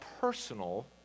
personal